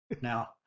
Now